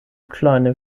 kleine